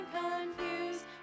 confused